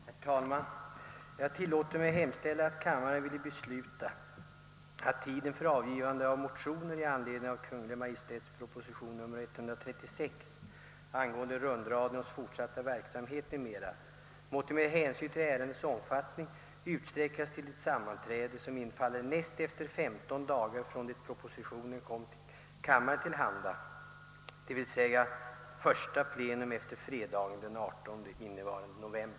Herr talman! Jag tillåter mig hemställa att kammaren ville besluta, att tiden för avgivande av motioner i anledning av Kungl. Maj:ts proposition nr 136, angående rundradions fortsatta verksamhet m.m., måtte med hänsyn till ärendets omfattning utsträckas till det sammanträde, som infaller näst efter femton dagar från det propositionen kom kammaren till handa, d.v.s. första plenum efter fredagen den 18 innevarande november.